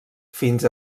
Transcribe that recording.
fins